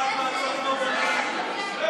לכן נעבור להצבעה על סעיף מס' 1 כנוסח הוועדה.